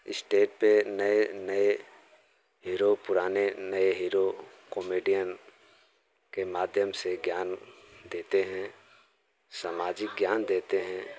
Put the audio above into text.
state पर नए नए हीरो पुराने नए हीरो कोमेडियन के माध्यम से ज्ञान देते है समाजिक ज्ञान देते हैं